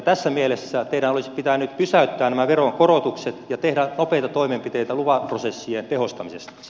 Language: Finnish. tässä mielessä teidän olisi pitänyt pysäyttää nämä veronkorotukset ja tehdä nopeita toimenpiteitä lupaprosessien tehostamiseksi